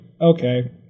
Okay